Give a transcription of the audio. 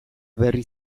berri